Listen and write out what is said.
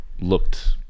Looked